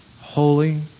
holy